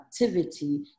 activity